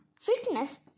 fitness